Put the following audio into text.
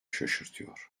şaşırtıyor